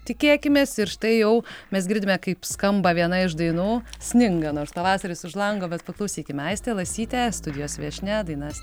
tikėkimės ir štai jau mes girdime kaip skamba viena iš dainų sninga nors pavasaris už lango bet paklausykim aistė lasytė studijos viešnia daina